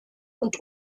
und